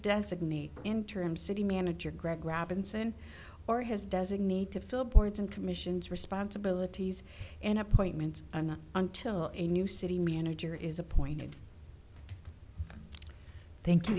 designate interim city manager greg robinson or his designee to fill boards and commissions responsibilities and appointments are not until a new city manager is appointed thank